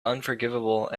unforgivable